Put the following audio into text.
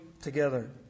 together